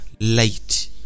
light